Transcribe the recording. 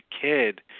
kid